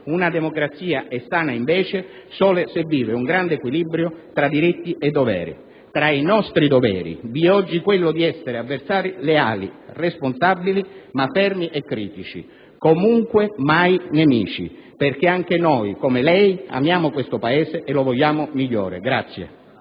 Una democrazia è sana, invece, solo se vive un grande equilibrio tra diritti e doveri. Tra i nostri doveri di oggi c'è quello di essere avversari leali, responsabili, ma fermi e critici, comunque mai nemici, perché anche noi - come lei - amiamo questo Paese e lo vogliamo migliore.